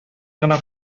гына